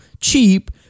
cheap